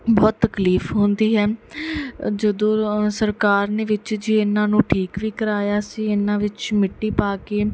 ਬਹੁਤ ਤਕਲੀਫ ਹੁੰਦੀ ਹੈ ਜਦੋਂ ਸਰਕਾਰ ਨੇ ਵਿੱਚ ਜੇ ਇਹਨਾਂ ਨੂੰ ਠੀਕ ਵੀ ਕਰਾਇਆ ਸੀ ਇਹਨਾਂ ਵਿੱਚ ਮਿੱਟੀ ਪਾ ਕੇ